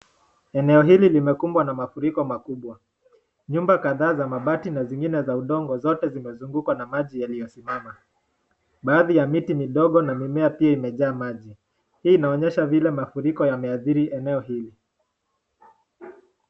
Eneo hili limekumbwa na mafuriko makubwa. Nyumba kadhaa za mabati na zingine za udongo zote zimezugukwa na maji yaliosimama. Baadhi ya miti midogo na mimea pia imejaa maji. Hii inaonyesha vile mafuriko yameadhira eneo hili.